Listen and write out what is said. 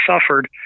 suffered